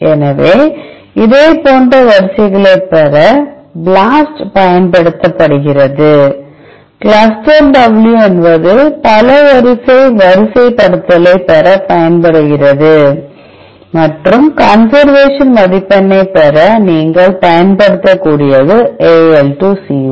எனவே இதேபோன்ற வரிசைகளைப் பெற BLAST பயன்படுத்தப்படுகிறது CLUSTAL W என்பது பல வரிசை வரிசைப்படுத்தலைப் பெறப் பயன்படுகிறது மற்றும் கன்சர்வேஷன் மதிப்பெண்ணைப் பெற நீங்கள் பயன்படுத்தக்கூடியது AL2CO